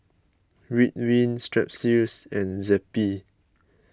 Ridwind Strepsils and Zappy